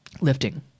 lifting